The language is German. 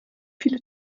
viele